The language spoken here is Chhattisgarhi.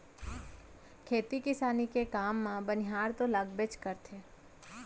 खेती किसानी के काम म बनिहार तो लागबेच करथे